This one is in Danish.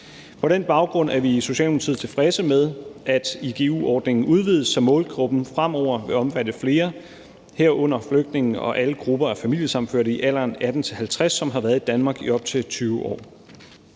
På den baggrund er vi i Socialdemokratiet tilfredse med, at igu-ordningen udvides, så målgruppen fremover vil omfatte flere, herunder flygtninge og alle grupper af familiesammenførte i alderen 18-50 år, som har været i Danmark i op til 20 år.